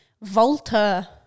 Volta